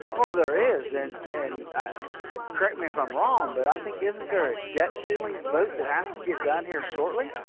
well, there is. an-and and and correct me if i'm wrong, but i think isn't there a debt ceiling vote that has to get done here shortly?